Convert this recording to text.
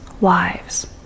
lives